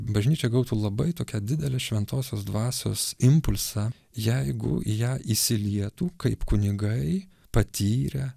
bažnyčia gautų labai tokią didelę šventosios dvasios impulsą jeigu į ją įsilietų kaip kunigai patyrę